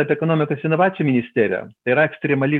apie ekonomikos inovacijų ministeriją yra ekstremali